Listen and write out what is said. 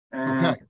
Okay